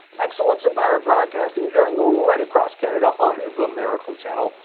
excellence in pirate broadcasting, airing right across canada on the miracle channel,